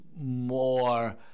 more